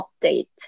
update